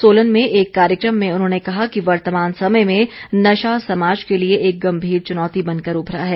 सोलन में एक कार्यक्रम में उन्होंने कहा कि वर्तमान समय में नशा समाज के लिए एक गम्मीर चुनौती बनकर उभरा है